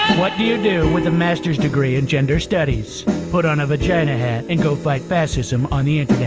what do you do with the master's degree in gender studies put on a vagina hat and go fight fascism on the internet